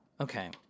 okay